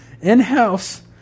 in-house